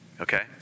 Okay